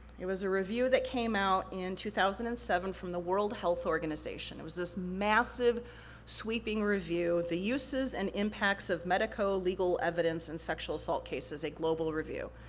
it was a review that came out in two thousand and seven from the world health organization. it was this massive sweeping review, the uses and impacts of medico-legal evidence in sexual assault cases a global review.